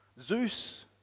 Zeus